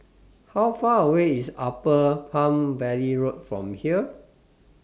How Far away IS Upper Palm Valley Road from here